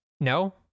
No